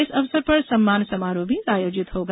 इस अवसर पर सम्मान समारोह भी आयोजित होगा